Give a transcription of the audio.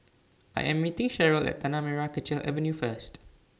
I Am meeting Sheryll At Tanah Merah Kechil Avenue First